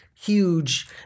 huge